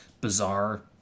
bizarre